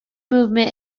movement